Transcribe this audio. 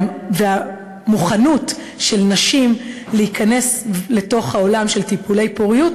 ועל המוכנות של נשים להיכנס לתוך העולם של טיפולי פוריות,